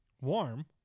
warm